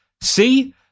See